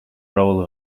role